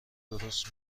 درست